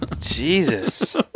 Jesus